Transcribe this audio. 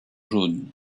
jaune